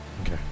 Okay